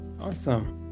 Awesome